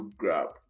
grab